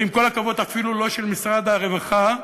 ועם כל הכבוד אפילו לא של משרד הרווחה.